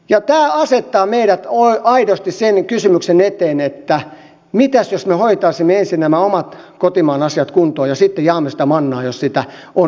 tämä asettaa meidät aidosti sen kysymyksen eteen että mitäs jos me hoitaisimme ensin nämä omat kotimaan asiamme kuntoon ja sitten jaamme sitä mannaa jos sitä on jaettavana